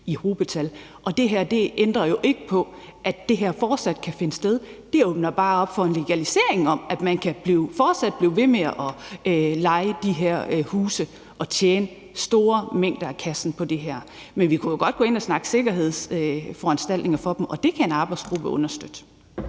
i hobetal. Det her ændrer jo ikke på, at det her fortsat kan finde sted. Det åbner bare op for en legalisering af, at man fortsat kan leje de her huse ud og tjene store mængder penge på det her. Men vi kunne jo godt gå ind og snakke sikkerhedsforanstaltninger for dem, og det kan en arbejdsgruppe understøtte.